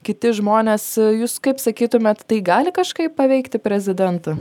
kiti žmonės jus kaip sakytumėt tai gali kažkaip paveikti prezidentą